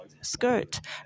skirt